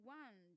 one